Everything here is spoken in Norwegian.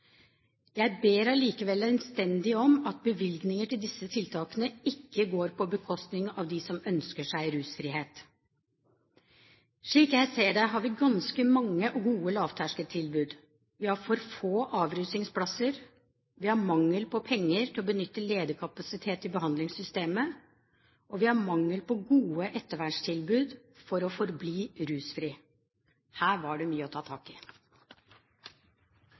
Jeg ber allikevel innstendig om at bevilgninger til disse tiltakene ikke går på bekostning av dem som ønsker seg rusfrihet. Slik jeg ser det, har vi ganske mange og gode lavterskeltilbud, vi har for få avrusningsplasser, vi har mangel på penger til å benytte ledig kapasitet i behandlingssystemet, og vi har mangel på gode ettervernstilbud for å forbli rusfri. Her er det mye å ta tak i!